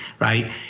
right